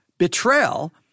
Betrayal